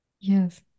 yes